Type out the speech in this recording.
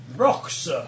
rocks